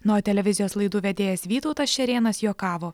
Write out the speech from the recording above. na o televizijos laidų vedėjas vytautas šerėnas juokavo